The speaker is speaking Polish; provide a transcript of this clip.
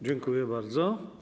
Dziękuję bardzo.